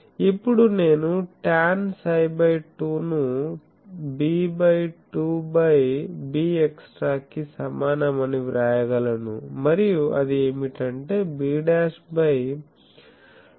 ఇప్పుడు నేను tan psi by 2ను b బై 2 బై bextra కి సమానం అని వ్రాయగలను మరియు అది ఏమిటంటే b బై 2 బై ρ1